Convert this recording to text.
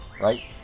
right